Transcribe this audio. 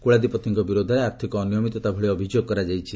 କୁଳାଧିପତିଙ୍କ ବିରୋଧରେ ଆର୍ଥିକ ଅନିୟମିତତା ଭଳି ଅଭିଯୋଗ କରାଯାଇଛି